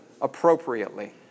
Appropriately